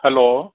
hello